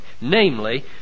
Namely